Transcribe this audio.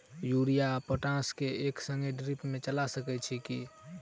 Urea आ potash केँ एक संगे ड्रिप मे चला सकैत छी की?